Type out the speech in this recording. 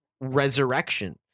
resurrection